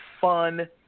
fun